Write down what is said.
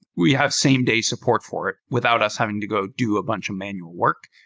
we have same-day support for it without us having to go do a bunch of manual work.